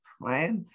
right